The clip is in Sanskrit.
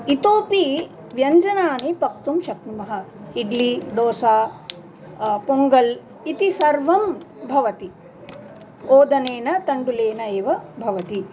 इतोऽपि व्यञ्जनानि पक्तुं शक्नुमः इड्लि डोसा पोङ्गल् इति सर्वं भवति ओदनेन तण्डुलेन एव भवति